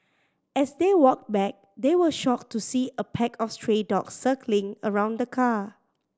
as they walked back they were shocked to see a pack of stray dogs circling around the car